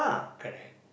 correct